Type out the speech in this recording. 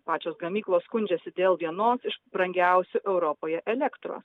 pačios gamyklos skundžiasi dėl vienos iš brangiausių europoje elektros